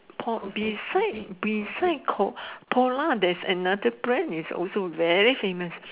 po~ beside beside ko~ polar there is another brand is also very famous